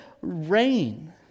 rain